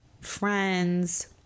friends